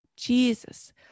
Jesus